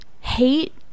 hate